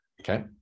okay